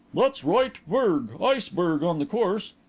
that's right, berge iceberg on the course.